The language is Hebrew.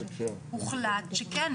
הוחלט שכן,